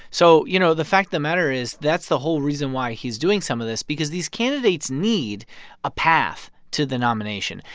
so, you know, the fact of the matter is that's the whole reason why he's doing some of this because these candidates need a path to the nomination.